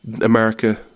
America